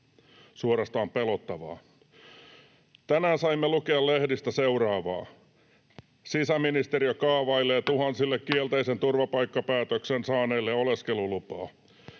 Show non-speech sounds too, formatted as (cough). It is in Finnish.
Suorastaan pelottavaa.” Tänään saimme lukea lehdistä seuraavaa: sisäministeriö kaavailee tuhansille (noise) kielteisen turvapaikkapäätöksen saaneille oleskelulupaa.